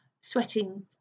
sweating